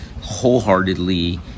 wholeheartedly